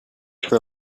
for